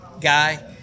guy